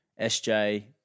SJ